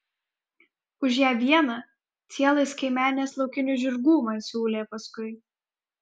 už ją vieną cielas kaimenes laukinių žirgų man siūlė paskui